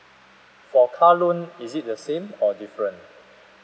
for car loan is it the same or different